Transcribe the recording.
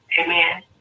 Amen